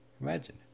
Imagine